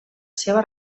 seva